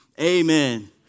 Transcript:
Amen